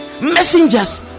Messengers